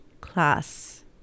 class